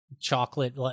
chocolate